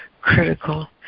critical